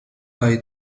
hay